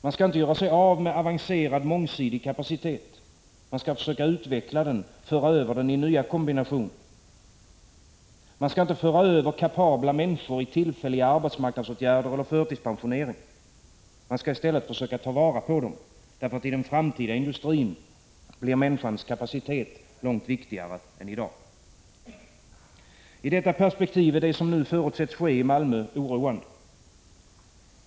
Man skall inte göra sig av med avancerad, mångsidig kapacitet — man skall försöka utveckla den och föra över den i nya kombinationer. Man skall inte föra över kapabla människor i tillfälliga arbetsmarknadsåtgärder eller förtidspensionering. Man skall i stället försöka ta vara på dem, därför att i den framtida industrin blir människans kapacitet långt viktigare än i dag. I detta perspektiv är det som nu förutsätts ske i Malmö oroande.